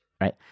right